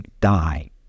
die